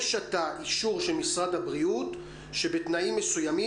יש עתה אישור של משרד הבריאות שבתנאים מסוימים